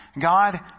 God